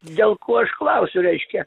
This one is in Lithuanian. dėl ko aš klausiu reiškia